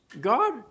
God